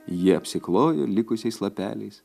jie apsiklojo likusiais lapeliais